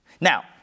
Now